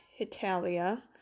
Hitalia